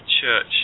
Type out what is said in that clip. church